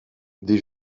des